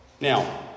Now